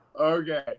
okay